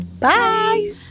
Bye